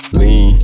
lean